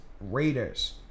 Raiders